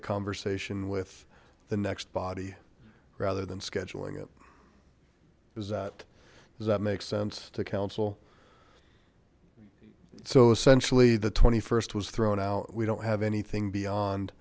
a conversation with the next body rather than scheduling it is that does that make sense to council so essentially the st was thrown out we don't have anything beyond